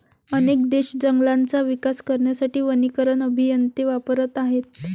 अनेक देश जंगलांचा विकास करण्यासाठी वनीकरण अभियंते वापरत आहेत